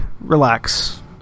relax